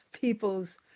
people's